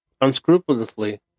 unscrupulously